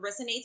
resonates